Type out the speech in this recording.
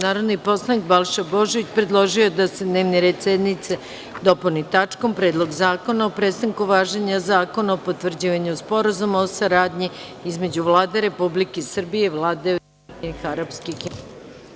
Narodni poslanik Balša Božović, predložio je da se dnevni red sednice dopuni tačkom Predlog zakona o prestanku važenja Zakona o potvrđivanju Sporazuma o saradnji između Vlade Republike Srbije i Vlade Ujedinjenih Arapskih Emirata.